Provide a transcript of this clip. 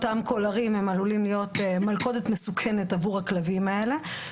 אותם קולרים עלולים להיות מלכודת מסוכנת עבור הכלבים האלה.